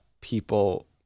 people